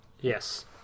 Yes